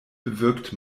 bewirkt